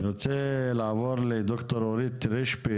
אני רוצה לעבור לדוקטור אורית רישפי,